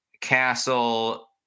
castle